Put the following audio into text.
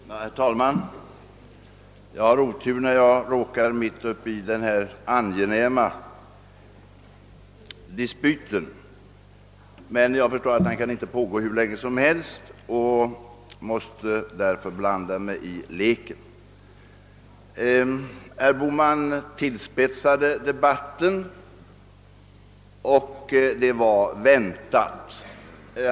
Herr talman! Jag har otur när jag nu får avbryta denna angenäma dispyt, men jag förstår att den inte kan pågå hur länge som helst och måste därför blanda mig i leken. Herr Bohman spetsade till debatten, och det var väntat.